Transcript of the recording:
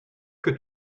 que